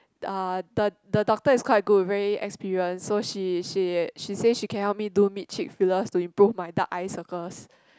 uh the the doctor is quite good very experience so she she she say she can help do mid cheek fillers to improve my dark eye circles